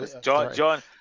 John